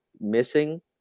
missing